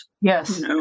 Yes